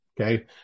okay